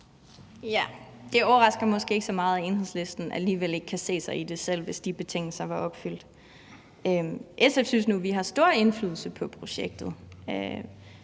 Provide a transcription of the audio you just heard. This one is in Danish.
Det overrasker måske ikke så meget, at Enhedslisten alligevel ikke kan se sig i det, selv hvis de betingelser var opfyldt. I SF synes vi nu, at vi har stor indflydelse på projektet.